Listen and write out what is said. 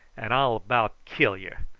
and i'll about kill yer.